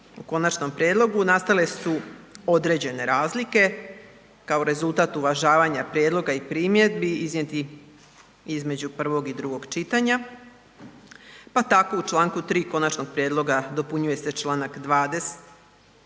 u konačnom prijedlogu nastale su određene razlike kao rezultat uvažavanja prijedloga i primjedbi iznijetih između prvog i drugog čitanja, pa tako u čl. 3. konačnog prijedloga dopunjuje se čl. 20.